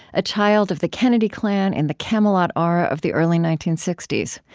a child of the kennedy clan in the camelot aura of the early nineteen sixty s.